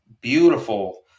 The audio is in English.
beautiful